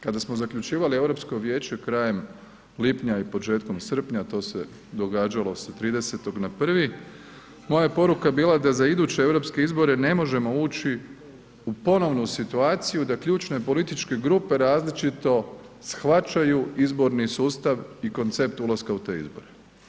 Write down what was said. Kada smo zaključivali Europsko vijeće krajem lipnja i početkom srpnja to se događalo sa 30.-tog na 1., moja je poruka bila da za iduće europske izore ne možemo ući u ponovnu situaciju da ključne političke grupe različito shvaćaju izborni sustav i koncept ulaska u te izbore.